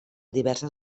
diverses